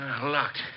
Locked